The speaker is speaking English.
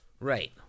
Right